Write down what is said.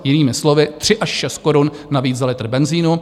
Jinými slovy, 3 až 6 korun navíc za litr benzinu.